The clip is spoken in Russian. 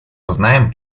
знаем